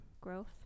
growth